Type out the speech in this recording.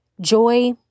Joy